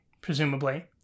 presumably